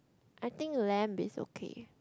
I think lamb is okay